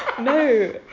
no